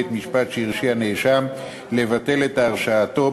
בית-משפט שהרשיע נאשם לבטל את הרשעתו.